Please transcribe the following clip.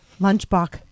Lunchbox